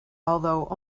although